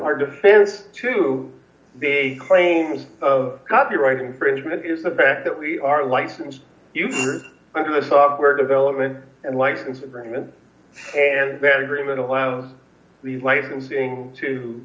our defense to the claims of copyright infringement is the fact that we are licensed under the software development and license agreement and that agreement allows licensing to